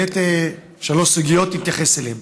העלית שלוש סוגיות, ונתייחס אליהן.